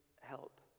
help